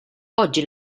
oggi